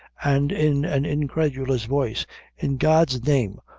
and in an incredulous voice in god's name,